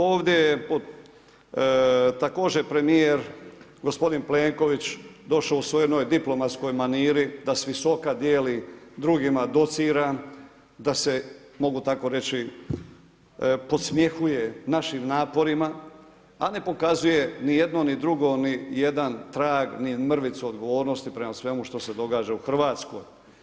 Ovdje je također premijer gospodin Plenković došao u svojoj onoj diplomatskoj maniri da s visoka dijeli drugima docira, da se mogu tako reći podsmjehuje našim naporima, a ne pokazuje nijedno ni drugo nijedan trag ni mrvicu odgovornosti prema svemu što se događa u Hrvatskoj.